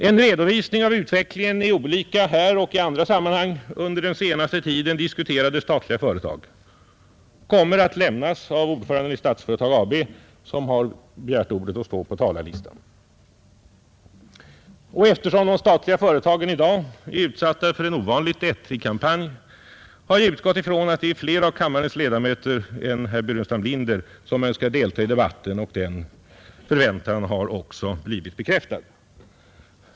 En redovisning av utvecklingen i olika här och i andra sammanhang under senaste tiden diskuterade statliga företag kommer att lämnas av ordföranden i Statsföretag AB, som har begärt Nr 53 ordet och står på talarlistan. Eftersom de statliga företagen i dag är Tisdagen den utsatta för en ovanligt ettrig kampanj, har jag utgått från att det är flera 30 mars 1971 av kammarens ledamöter än herr Burenstam Linder som önskar delta i debatten. Denna förmodan har också blivit bekräftad.